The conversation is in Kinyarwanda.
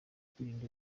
kwirinda